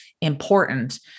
important